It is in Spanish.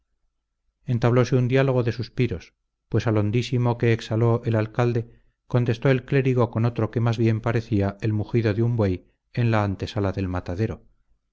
entablose un diálogo de suspiros pues al hondísimo que exhaló el alcalde contestó el clérigo con otro que más bien parecía el mugido de un buey en la antesala del matadero